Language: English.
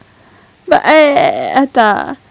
but I I tak